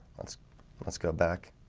let's let's go back